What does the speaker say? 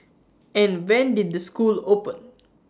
and when did the school open